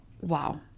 wow